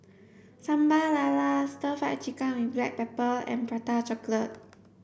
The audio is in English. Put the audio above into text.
sambal lala stir fried chicken with black pepper and prata chocolate